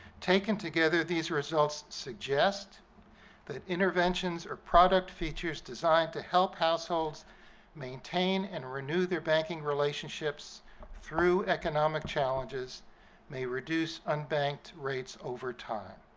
taken together these results suggest that interventions or product features designed to help households maintain and renew their banking relationships through economic challenges may reduce unbanked rates over time.